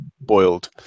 boiled